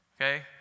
okay